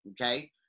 okay